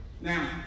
Now